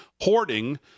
hoarding